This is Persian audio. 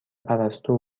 پرستو